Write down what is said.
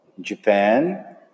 Japan